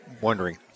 wondering